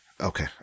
okay